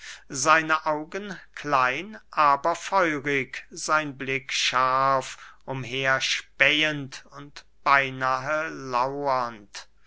seine augen klein aber feurig sein blick scharf umherspähend und beynahe laurend